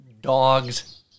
dogs